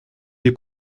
des